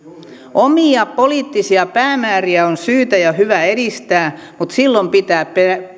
omia poliittisia päämääriä on syytä ja hyvä edistää mutta silloin pitää